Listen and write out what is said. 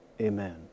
amen